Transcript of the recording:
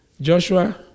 Joshua